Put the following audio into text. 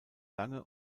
lange